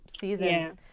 seasons